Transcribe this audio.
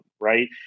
right